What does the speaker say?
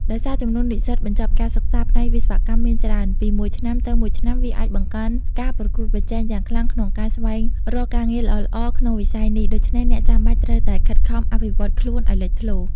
ដោយសារ ចំនួននិស្សិតបញ្ចប់ការសិក្សាផ្នែកវិស្វកម្មមានច្រើន ពីមួយឆ្នាំទៅមួយឆ្នាំវាអាចបង្កើនការប្រកួតប្រជែងយ៉ាងខ្លាំងក្នុងការស្វែងរកការងារល្អៗក្នុងវិស័យនេះដូច្នេះអ្នកចាំបាច់ត្រូវតែខិតខំអភិវឌ្ឍខ្លួនឲ្យលេចធ្លោ។